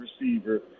receiver